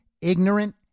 ignorant